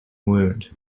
wound